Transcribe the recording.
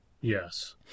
Yes